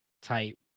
type